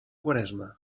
quaresma